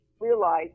realize